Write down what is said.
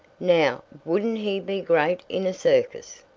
now, wouldn't he be great in a circus?